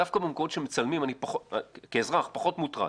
דווקא במקומות שמצלמים אני כאזרח פחות מוטרד,